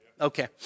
Okay